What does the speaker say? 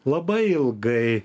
labai ilgai